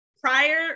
prior